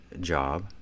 job